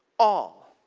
all.